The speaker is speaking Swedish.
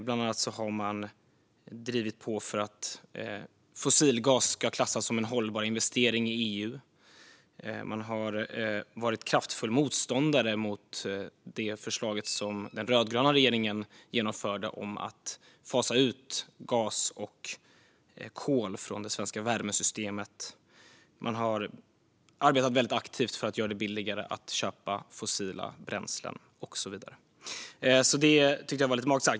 Bland annat har man drivit på för att fossilgas ska klassas som en hållbar investering i EU. Man har varit kraftfull motståndare till det förslag som den rödgröna regeringen genomförde om att fasa ut gas och kol från det svenska värmesystemet. Man har arbetat väldigt aktivt för att göra det billigare att köpa fossila bränslen och så vidare. Det tyckte jag var lite magstarkt.